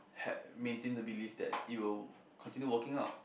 had maintain to believe that you continue working out